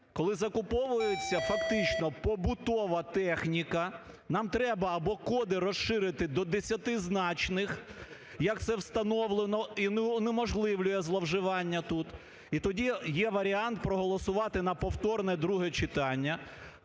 коли закуповується фактично побутова техніка нам треба або коди розширити до десятизначних, як це встановлено і унеможливлює зловживання тут. І тоді є варіант проголосувати на повторне друге читання.